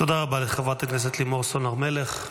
תודה רבה לחברת הכנסת לימור סון הר מלך,